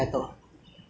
oh really ah